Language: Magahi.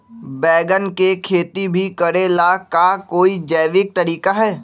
बैंगन के खेती भी करे ला का कोई जैविक तरीका है?